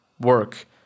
work